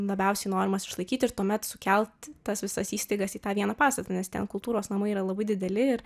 labiausiai norimas išlaikyti ir tuomet sukelt tas visas įstaigas į tą vieną pastatą nes ten kultūros namai yra labai dideli ir